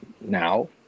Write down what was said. now